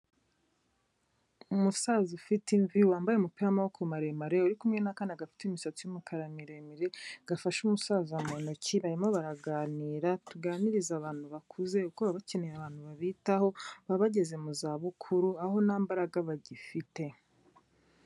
Umusaza ufite imvi wambaye umupira'maboko maremare uri kumwe na akana gafite imisatsi yumukara miremire gafashe umusaza mu ntoki barimo baraganira. Tuganirize abantu bakuze kuko baba bakeneye abantu babitaho, baba bageze mu za bukuru aho nta mbaraga bagifite.